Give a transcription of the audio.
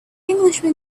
englishman